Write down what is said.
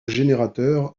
générateur